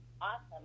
awesome